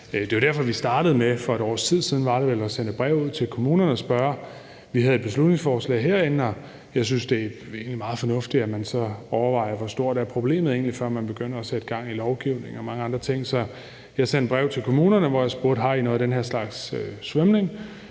et års tid siden – at sende et brev ud til kommunerne og spørge til det. Vi behandlede et beslutningsforslag herinde, og jeg synes egentlig, at det er meget fornuftigt, at man så overvejer, hvor stort problemet egentlig er, inden man begynder at sætte gang i lovgivning og mange andre ting. Så jeg sendte et brev til kommunerne, hvor jeg spurgte: Har I noget af den her slags svømning?